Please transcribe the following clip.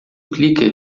implica